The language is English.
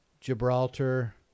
Gibraltar